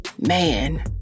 Man